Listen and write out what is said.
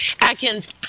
Atkins